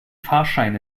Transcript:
fahrscheine